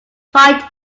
fight